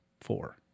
four